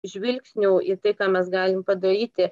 žvilgsnių į tai ką mes galim padaryti